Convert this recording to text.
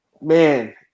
man